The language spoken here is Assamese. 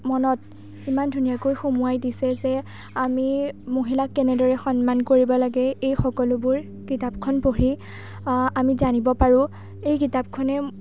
মনত ইমান ধুনীয়াকৈ সোমোৱাই দিছে যে আমি মহিলাক কেনেদৰে সন্মান কৰিব লাগে এই সকলোবোৰ কিতাপখন পঢ়ি আমি জানিব পাৰোঁ এই কিতাপখনে